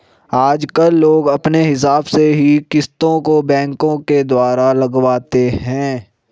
आजकल लोग अपने हिसाब से ही किस्तों को बैंकों के द्वारा लगवाते हैं